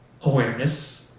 awareness